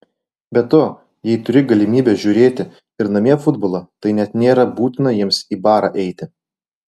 be to jei turi galimybę žiūrėti ir namie futbolą tai net nėra būtina jiems į barą eiti